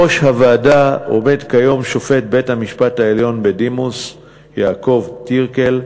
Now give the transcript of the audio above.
בראש הוועדה עומד כיום שופט בית-המשפט העליון בדימוס יעקב טירקל,